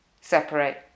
separate